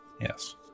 Yes